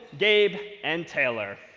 gabe, and taylor.